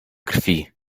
krwi